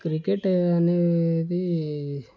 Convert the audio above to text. cricket అనేది